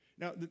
Now